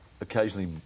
occasionally